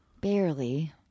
Barely